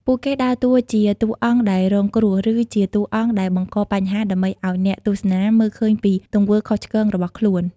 ពួកគេដើរតួជាតួអង្គដែលរងគ្រោះ ឬជាតួអង្គដែលបង្កបញ្ហាដើម្បីឲ្យអ្នកទស្សនាមើលឃើញពីទង្វើខុសឆ្គងរបស់ខ្លួន។